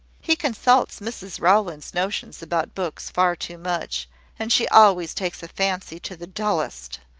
he consults mrs rowland's notions about books far too much and she always takes a fancy to the dullest.